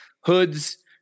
hoods